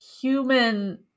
human